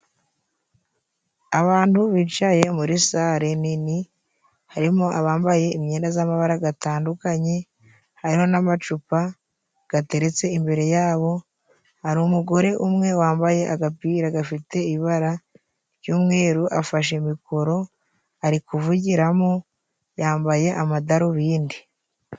Abantu bicaye muri sale nini harimo abambaye imyenda z'amabara gatandukanye, hari n'amacupa gateretse imbere yabo, hari umugore umwe wambaye agapira gafite ibara ry'umweru afashe mikoro ari kuvugiramo, yambaye amadarubindi.